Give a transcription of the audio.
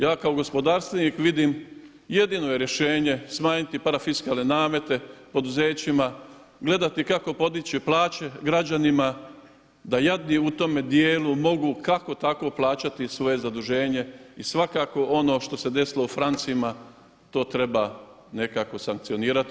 Ja kao gospodarstvenik vidim jedino je rješenje smanjiti parafiskalne namete poduzećima, gledati kako podići plaće građanima da jadni u tome dijelu mogu kako tako plaćati svoje zaduženje i svakako ono što se desilo u francima to treba nekako sankcionirati.